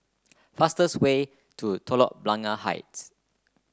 fastest way to Telok Blangah Heights